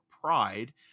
pride